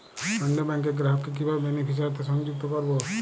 অন্য ব্যাংক র গ্রাহক কে কিভাবে বেনিফিসিয়ারি তে সংযুক্ত করবো?